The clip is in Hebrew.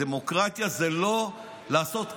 דמוקרטיה זה לא לעשות כאוס,